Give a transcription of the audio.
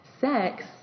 sex